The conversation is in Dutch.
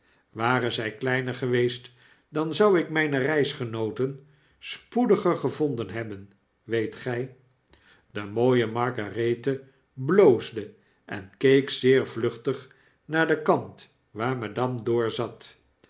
ware zg kleiner geweest dan zou ik mgne reisgenooten spoediger gevonden hebben weet gg de mooie margarethe bloosde en keek zeer vluchtig naar den kant waar madame